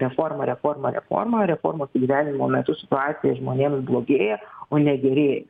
reforma reforma reforma reformos įgyvenimo metu situacija žmonėms blogėja o ne gerėja